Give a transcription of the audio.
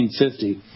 1950